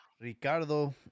Ricardo